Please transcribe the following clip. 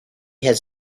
his